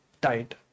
died